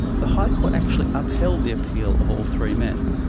the high court actually upheld the appeal of all three men.